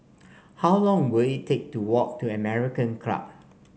how long will it take to walk to American Club